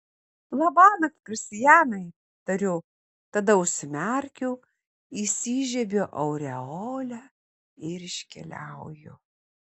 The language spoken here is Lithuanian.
labanakt kristianai tariu tada užsimerkiu įsižiebiu aureolę ir iškeliauju